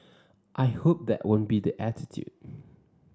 I hope that won't be the attitude